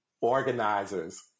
organizers